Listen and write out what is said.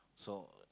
so